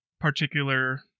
particular